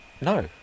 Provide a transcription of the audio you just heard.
No